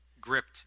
gripped